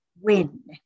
win